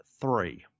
three